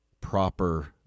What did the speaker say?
proper